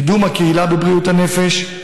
קידום בריאות הנפש בקהילה,